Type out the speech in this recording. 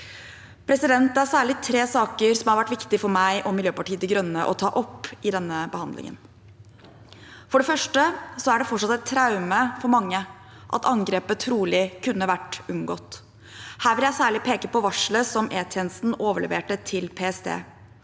i dag. Det er særlig tre saker som har vært viktig for meg og Miljøpartiet De Grønne å ta opp i denne behandlingen. For det første er det fortsatt et traume for mange at angrepet trolig kunne vært unngått. Her vil jeg særlig peke på varselet som E-tjenesten overleverte til PST.